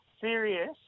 serious